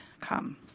come